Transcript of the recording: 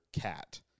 cat